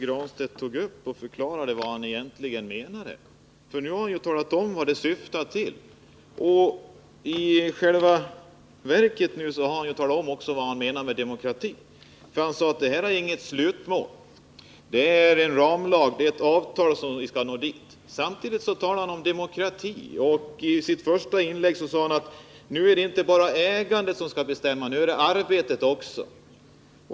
Herr talman! Jag tror att det var ganska viktigt att Pär Granstedt förklarade 29 november 1979 vad han egentligen menade. Nu har han talat om vad det hela syftar till. I själva verket har han nu också talat om vad han menar med demokrati. Han sade att detta inte är något slutmål — det är en ramlag, och det är genom avtal som vi skall nå målet. Samtidigt talade han om demokrati. I sitt första inlägg sade han att nu är det inte bara ägandet utan även arbetet som skall bestämma.